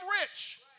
rich